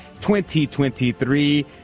2023